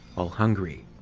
all hungry.